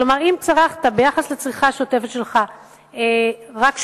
כלומר, אם צרכת ביחס לצריכה השוטפת שלך רק 80%,